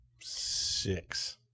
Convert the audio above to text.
six